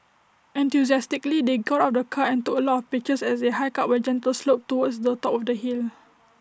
enthusiastically they got out of the car and took A lot of pictures as they hiked up A gentle slope towards the top of the hill